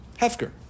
Hefker